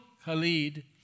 Khalid